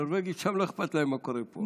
הנורבגים שם, לא אכפת להם מה קורה פה.